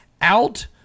Out